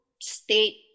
state